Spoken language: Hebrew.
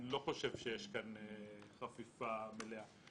אני לא חושב שיש כאן חפיפה מלאה.